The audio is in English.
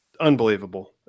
unbelievable